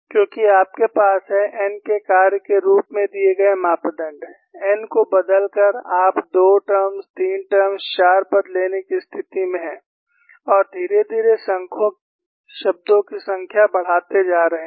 क्योंकि आपके पास है n के कार्य के रूप में दिए गए मापदण्ड n को बदलकर आप 2 टर्म्स 3 टर्म्स 4 पद लेने की स्थिति में हैं और धीरे धीरे शब्दों की संख्या बढ़ाते जा रहे हैं